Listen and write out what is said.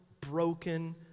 broken